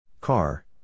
Car